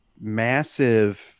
massive